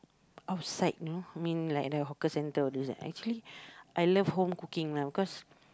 outside you know mean like the hawker center all this right actually I love home cooking lah because